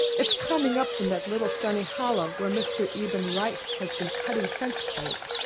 it's coming up from that little sunny hollow where mr. eben wright has been cutting fence poles.